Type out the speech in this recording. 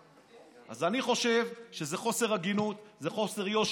אז אני חושב שזה חוסר הגינות, שזה חוסר יושר.